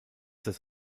des